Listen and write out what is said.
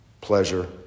pleasure